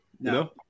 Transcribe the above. No